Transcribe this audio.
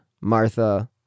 Martha